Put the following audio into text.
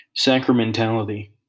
Sacramentality